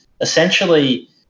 essentially